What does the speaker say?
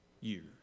years